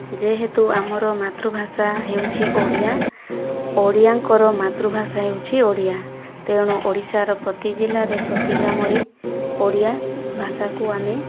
ଯେହେତୁ ଆମର ମାତୃଭାଷା ହେଉଛି ଓଡ଼ିଆ ଓଡ଼ିଆଙ୍କର ମାତୃଭାଷା ହେଉଛି ଓଡ଼ିଆ ତେଣୁ ଓଡ଼ିଶାର ପ୍ରତି ଜିଲ୍ଲାରେ ପ୍ରତି ଗ୍ରାମରେ ଓଡ଼ିଆ ଭାଷାକୁ ଆମେ